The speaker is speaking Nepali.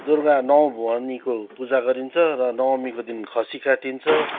दुर्गा नौ भवानीको पूजा गरिन्छ र नवमीको दिन खसी काटिन्छ